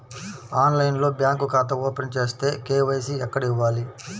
ఆన్లైన్లో బ్యాంకు ఖాతా ఓపెన్ చేస్తే, కే.వై.సి ఎక్కడ ఇవ్వాలి?